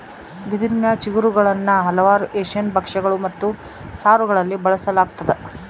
ಬಿದಿರಿನ ಚಿಗುರುಗುಳ್ನ ಹಲವಾರು ಏಷ್ಯನ್ ಭಕ್ಷ್ಯಗಳು ಮತ್ತು ಸಾರುಗಳಲ್ಲಿ ಬಳಸಲಾಗ್ತದ